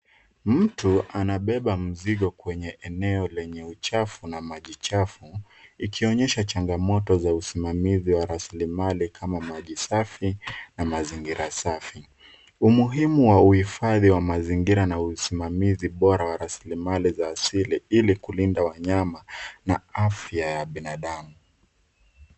Mtu anabeba mzigo kwenye eneo lenye uchafu na maji chafu ikionyesha changamoto za usimamizi wa raslimali kama maji safi na mazingira safi. Umuhimu wa uhifadhi wa mazingira na usimamizi bora wa raslimali za asili ili kulinda wanyama na afya ya binadamu.